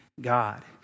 God